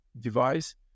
device